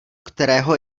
kterého